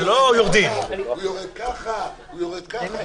הוא יורד ככה, הוא יורד ככה?